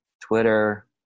Twitter